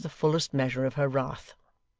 with the fullest measure of her wrath.